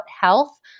health